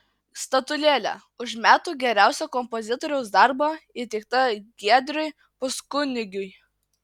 statulėlė už metų geriausią kompozitoriaus darbą įteikta giedriui puskunigiui